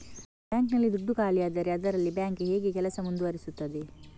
Bank ನಲ್ಲಿ ದುಡ್ಡು ಖಾಲಿಯಾದರೆ ಅದರಲ್ಲಿ ಬ್ಯಾಂಕ್ ಹೇಗೆ ಕೆಲಸ ಮುಂದುವರಿಸುತ್ತದೆ?